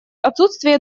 отсутствие